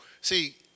See